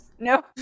No